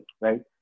right